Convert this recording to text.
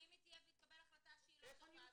ואם היא תהיה והיא תקבל החלטה לא טובה,